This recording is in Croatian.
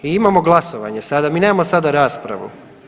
I imamo glasovanje sada, mi nemamo sada raspravu.